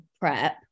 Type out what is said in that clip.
prep